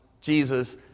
Jesus